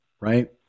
Right